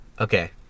Okay